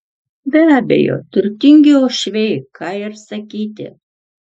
be abejo turtingi uošviai ką ir sakyti